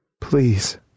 Please